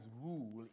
rule